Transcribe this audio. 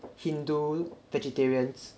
hindu vegetarians